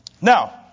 Now